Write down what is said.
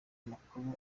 makuru